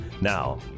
Now